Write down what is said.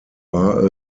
are